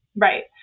right